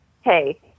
Hey